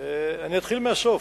אני אתחיל מהסוף,